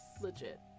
legit